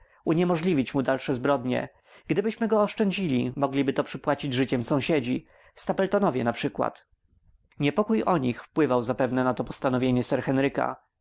uniemożliwić mu dalsze zbrodnie gdybyśmy go oszczędzili mogliby to przypłacić życiem sąsiedzi stapletonowie naprzykład niepokój o nich wpływał zapewne na to postanowienie sir henryka